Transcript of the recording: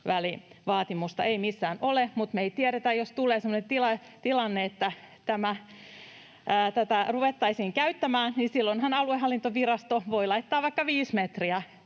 ei missään ole, mutta jos tulee semmoinen tilanne, että tätä ruvettaisiin käyttämään, niin silloinhan aluehallintovirasto voi laittaa vaikka 5 metriä,